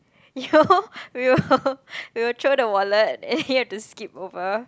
yo we'll throw the wallet and then you have to skip over